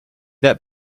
that